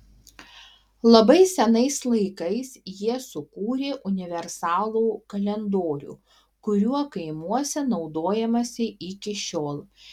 labai senais laikais jie sukūrė universalų kalendorių kuriuo kaimuose naudojamasi iki šiol